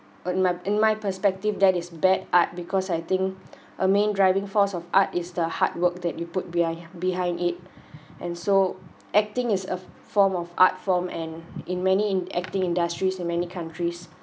in my in my perspective that is bad art because I think a main driving force of art is the hard work that you put behind behind it and so acting is a f~ form of art form and in many in acting industries in many countries